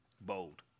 Bold